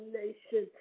nation